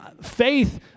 faith